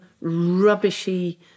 rubbishy